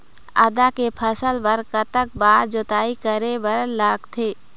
आदा के फसल बर कतक बार जोताई करे बर लगथे?